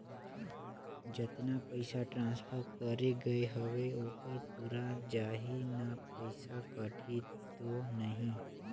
जतना पइसा ट्रांसफर करे गये हवे ओकर पूरा जाही न पइसा कटही तो नहीं?